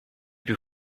piú